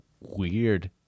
weird